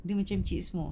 dia macam chips more